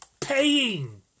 Paying